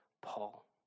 paul